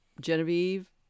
Genevieve